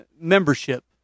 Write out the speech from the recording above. membership